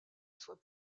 soit